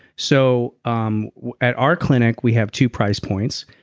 so um at our clinic we have two price points.